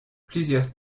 plusieurs